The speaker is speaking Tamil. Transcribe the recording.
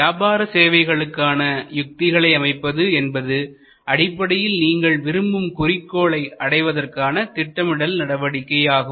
வியாபார சேவைகளுக்கான யுக்திகளை அமைப்பது என்பது அடிப்படையில் நீங்கள் விரும்பும் குறிக்கோளை அடைவதற்கான திட்டமிடல் நடவடிக்கையாகும்